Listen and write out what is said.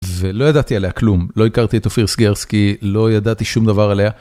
ולא ידעתי עליה כלום לא הכרתי את אופיר סגרסקי, לא ידעתי שום דבר עליה.